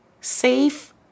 safe